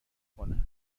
کنه